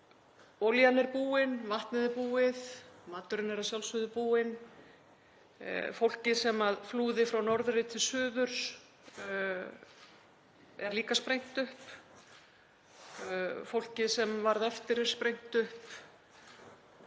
Olían er búin. Vatnið er búið. Maturinn er að sjálfsögðu búinn. Fólkið sem flúði frá norðri til suðurs er líka sprengt upp. Fólkið sem varð eftir er sprengt upp.